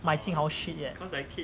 my jing hao shit yet